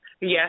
yes